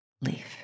leaf